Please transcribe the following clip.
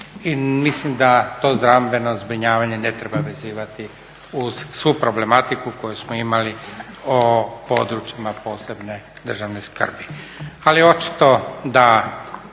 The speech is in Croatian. mislim da to stambeno zbrinjavanje ne treba vezivati uz svu problematiku koju smo imali o područjima posebne državne skrbi. Ali očito da